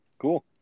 Cool